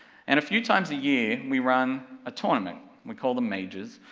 and a few times a year, we run a tournament, we call them majors,